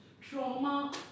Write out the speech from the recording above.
trauma